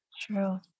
True